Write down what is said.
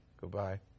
goodbye